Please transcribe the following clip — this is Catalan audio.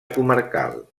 comarcal